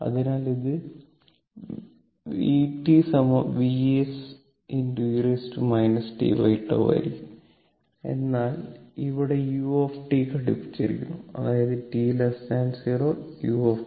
അതിനാൽ ഇത് vt Vs e t τ ആയിരിക്കും എന്നാൽ ഇവിടെ u ഘടിപ്പിച്ചിരിക്കുന്നു അതായത് t 0 u 0